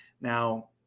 now